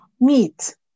meat